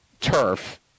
Turf